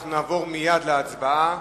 אנחנו נעבור מייד להצבעה.